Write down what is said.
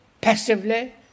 passively